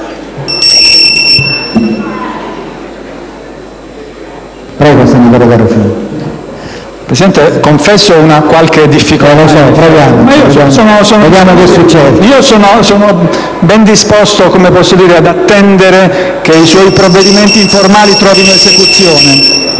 Grazie, signor Presidente.